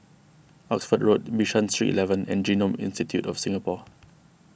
Oxford Road Bishan Street eleven and Genome Institute of Singapore